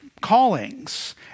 callings